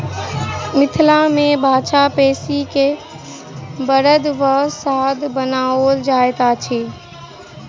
मिथिला मे बाछा पोसि क बड़द वा साँढ़ बनाओल जाइत अछि